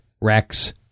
Rex